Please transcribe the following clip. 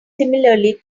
similarly